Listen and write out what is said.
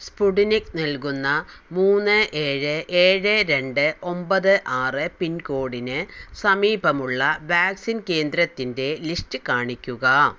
Sputnik നൽകുന്ന മൂന്ന് ഏഴ് ഏഴ് രണ്ട് ഒമ്പത് ആറ് പിൻകോഡിന് സമീപമുള്ള വാക്സിൻ കേന്ദ്രത്തിന്റെ ലിസ്റ്റ് കാണിക്കുക